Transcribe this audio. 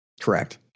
Correct